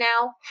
now